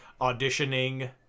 auditioning